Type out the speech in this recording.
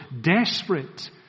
desperate